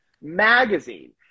Magazine